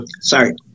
sorry